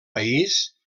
país